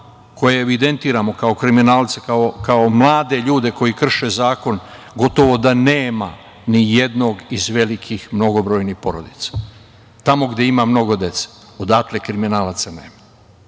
koje evidentiramo kao kriminalce, kao mlade ljude koji krše zakon, gotovo da nema nijednog iz velikih mnogobrojnih porodica. Tamo gde ima mnogo dece odatle kriminalaca nema